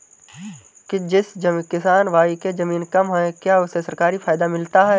जिस किसान भाई के ज़मीन कम है क्या उसे सरकारी फायदा मिलता है?